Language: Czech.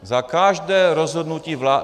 Za každé rozhodnutí vlády...